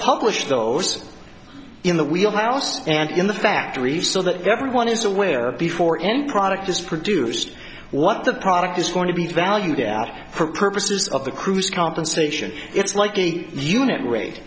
publish those in the wheel house and in the factory so that everyone is aware before any product is produced what the product is going to be valued at for purposes of the cruise compensation it's like a unit rate